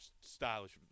stylish